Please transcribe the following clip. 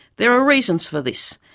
there are reasons for this,